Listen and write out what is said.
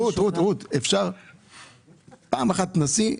רות, פעם אחת תנסי לא...